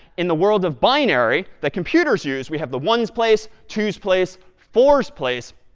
in the world of binary that computers use, we have the ones place, twos place, fours place,